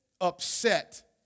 upset